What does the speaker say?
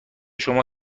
شما